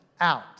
out